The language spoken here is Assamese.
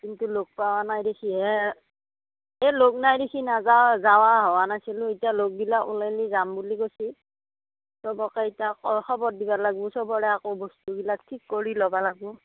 কিন্তু লগ পাৱা নাই দেখিহে এই লগ নাই দেখি নাযাওঁ যাৱা হোৱা নাছিল ইটা লগ গিলা ওলালে যাম বুলি কৈছে চবকে ইটা খবৰ দিবা লাগবু চবৰে আকো বস্তুগিলাক ঠিক কৰি লবা লাগবু